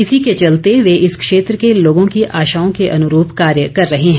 इसी के चलते वह इस क्षेत्र के लोगों की आशाओं के अनुरूप कार्य कर रहे हैं